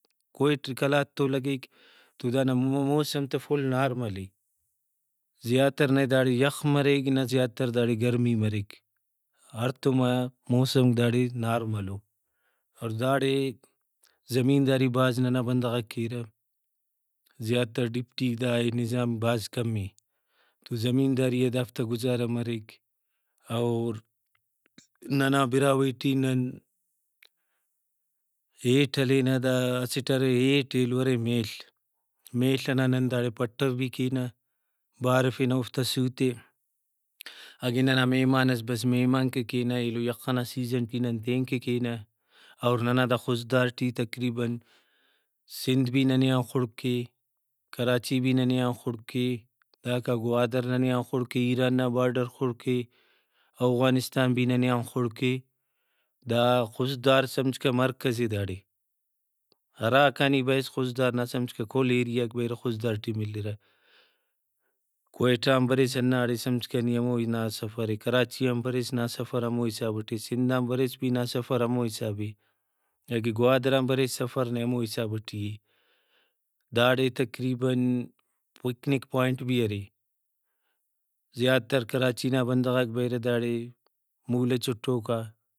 کوئٹہ قلات تو لگیک تو دانا موسم تہ فل نارملے زیاتر نہ داڑے یخ مریک نہ زیاتر داڑے گرمی مریک ہڑتوما موسمک داڑے نارملو۔ اور داڑے زمینداری بھاز ننا بندغاک کیرہ زیاتر ڈیوٹی دائے نظام بھاز کمے۔ تو زمینداری آ دافتا گزارہ مریک اور ننا براہوئی ٹی نن ہیٹ ہلینہ دا اسٹ ارے ہیٹ ایلو ارے میل میل ئنا نن داڑے پٹۤو بھی کینہ بارفنہ اوفتا سُو تے اگہ ننا مہمانس بس مہمان کہ کینہ ایلو یخ ئنا سیزن کہ نن تینکہ کینہ اور ننا دا خضدار ٹی تقریباً سندھ بھی ننے آن خڑکے کراچی بھی ننے آن خڑکے داکا گوادر ننے آ خڑکے ایران نا بارڈر خڑکے اوغانستان بھی ننے آن خڑکے دا خضدار سمجھکہ مرکزے داڑے ہراکا نی بریس خضدار نا سمجھکہ کل ایریاک بریرہ خضدار ٹی ملرہ۔ کوئٹہ آن بریسہ ہنداڑے سمجھکہ نی ہموہی نا سفرے کراچی آن بریس نا سفر ہمو حساب ٹی سندھ آن بریس بھی نا سفر ہمو حسابے اگہ گوادران بریس سفر نے ہموحساب ٹی اے۔ داڑے تقریباً پکنک پوائنٹ بھی ارے زیاتر کراچی نا بندغاک بریرہ داڑے مولہ چٹوک آ